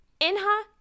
Inha